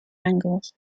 angles